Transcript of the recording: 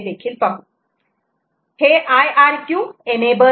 हे IRQ enable आहे